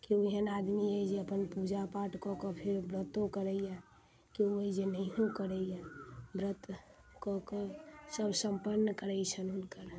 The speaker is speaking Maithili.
केओ एहन आदमी अइ जे अपन पूजा पाठ कऽके फेर व्रतो करैये केओ अइ जे नहियो करैये व्रत तऽ कोइ कोइ सब सम्पन्न करे छनि हुनकर